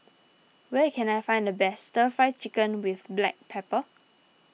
where can I find the best Stir Fry Chicken with Black Pepper